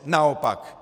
Naopak.